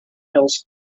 hills